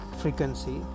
frequency